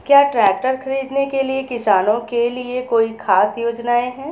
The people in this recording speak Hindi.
क्या ट्रैक्टर खरीदने के लिए किसानों के लिए कोई ख़ास योजनाएं हैं?